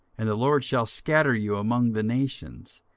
and the lord shall scatter you among the nations,